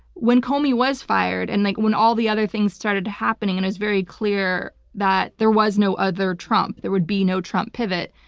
when comey was fired, and like when all the other things started happening, and it was very clear that there was no other trump, there would be no trump pivot,